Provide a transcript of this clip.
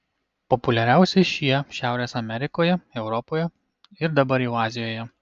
populiariausi šie šiaurės amerikoje europoje ir dabar jau azijoje